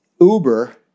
Uber